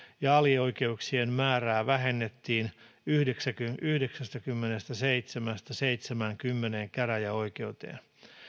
ja alioikeuksien määrää vähennettiin yhdeksästäkymmenestäseitsemästä seitsemäänkymmeneen käräjäoikeuteen